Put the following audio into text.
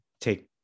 take